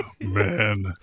man